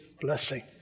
blessing